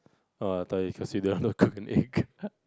oh I told you first you don't know cook and eat